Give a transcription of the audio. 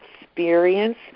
experience